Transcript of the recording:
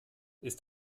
ist